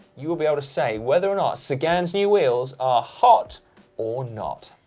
you'll be able to say whether or not sagans' new wheels are hot or not.